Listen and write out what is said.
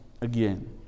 again